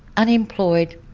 unemployed,